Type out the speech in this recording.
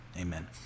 Amen